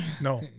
No